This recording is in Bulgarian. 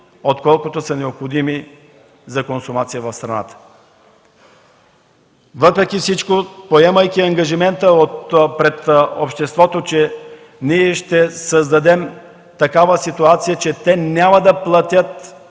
отколкото са необходими за консумация в страната. Въпреки всичко, поемайки ангажимент пред обществото да създадем ситуация, че то няма да плати